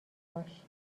باش